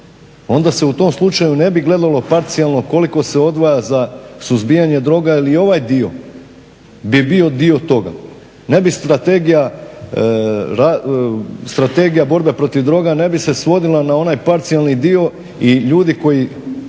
onda se u tom slučaju ne bi gledalo parcijalno koliko se odvaja za suzbijanje droga ili ovaj dio bi bio dio toga. ne bi strategija, strategija borbe protiv droga ne bi se svodila na onaj parcijalni dio i ljudi koji